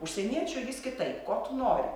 užsieniečiui vis kitaip ko tu nori